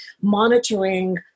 monitoring